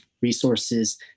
resources